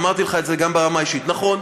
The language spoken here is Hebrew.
ואמרתי לך את זה גם ברמה האישית: נכון,